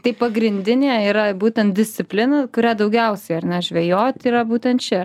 tai pagrindinė yra būtent disciplina kurią daugiausiai ar ne žvejot yra būtent čia